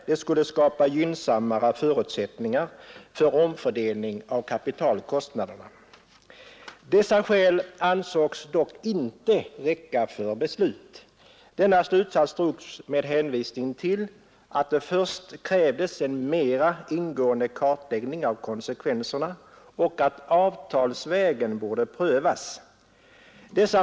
Det skulle skapa gynnsammare förutsättningar för omfördelning av kapitalkostnaderna. Dessa skäl ansågs dock inte räcka för ett beslut. Denna slutsats drogs med hänvisning till att det först krävdes en mera ingående kartläggning av konsekvenserna och att avtalsvägen borde prövas.